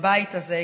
בבית הזה,